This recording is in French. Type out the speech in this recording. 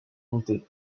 monté